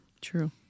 True